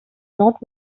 not